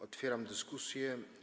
Otwieram dyskusję.